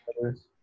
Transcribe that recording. others